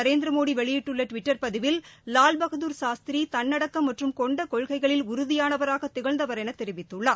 நரேந்திரமோடி வெளியிட்டுள்ள டுவிட்டர் பதிவில் லால் பகதர் சாஸ்திரி தள்ளடக்கம் மற்றும் கொண்ட கொள்கைகளில் உறுதியானவராக திகழ்ந்தவர் என தெரிவித்துள்ளார்